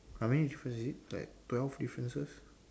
how many was it like twelve differences